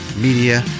media